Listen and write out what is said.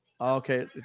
Okay